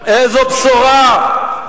איזו בשורה,